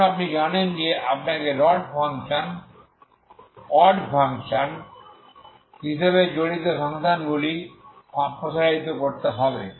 তখন আপনি জানেন যে আপনাকে অড ফাংশন হিসাবে জড়িত ফাংশনগুলি প্রসারিত করতে হবে